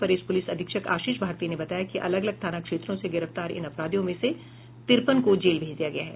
वरीय प्रलिस अधीक्षक आशीष भारती ने बताया कि अलग अलग थाना क्षेत्रों से गिरफ्तार इन अपराधियों में से तिरपन को जेल भेल दिया गया है